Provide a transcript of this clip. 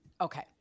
Okay